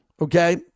Okay